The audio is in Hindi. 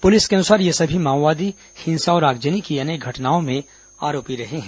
पुलिस के अनुसार ये सभी माओवादी हिंसा और आगजनी की अनेक घटनाओं में आरोपी रहे हैं